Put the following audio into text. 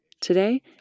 Today